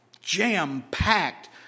jam-packed